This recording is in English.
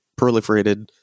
proliferated